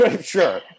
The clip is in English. Sure